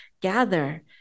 gather